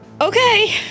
Okay